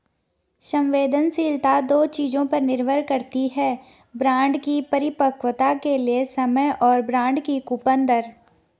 संवेदनशीलता दो चीजों पर निर्भर करती है बॉन्ड की परिपक्वता के लिए समय और बॉन्ड की कूपन दर